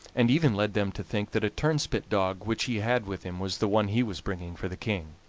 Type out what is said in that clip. and even led them to think that a turnspit dog which he had with him was the one he was bringing for the king.